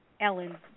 Ellen